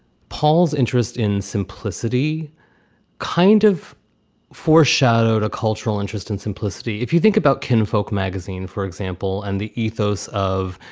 paul's interest in simplicity kind of foreshadowed a cultural interest in simplicity. if you think about kinfolk magazine, for example, and the ethos of,